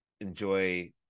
enjoy